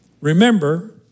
Remember